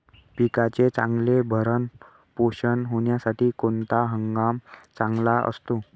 पिकाचे चांगले भरण पोषण होण्यासाठी कोणता हंगाम चांगला असतो?